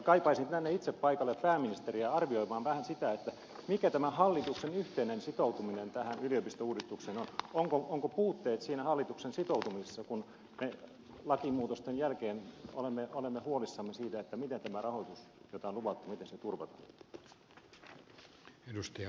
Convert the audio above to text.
kaipaisin tänne itse paikalle pääministeriä arvioimaan vähän sitä mikä hallituksen yhteinen sitoutuminen tähän yliopistouudistukseen on onko puutteita siinä hallituksen sitoutumisessa kun me lakimuutosten jälkeen olemme huolissamme siitä miten turvataan tämä rahoitus joka on luvattu